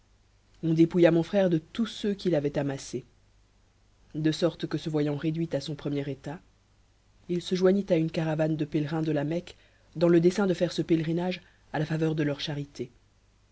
on dépouilla mon frère de tous ceux qu'il avait amassés de sorte que se voyant réduit a son premier état il se joignit a une caravane de pèlerius de la mecnue dans le dessein de faire ce pèlerinage a la faveur de leurs charités